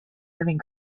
living